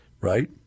right